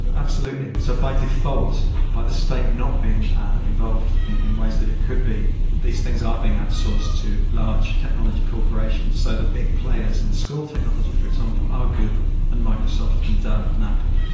absolutely. so by default, by the state not being involved in ways that it could be these things are being outsourced to large technology corporations, so the big players in school technology for example are google and microsoft and dell and apple.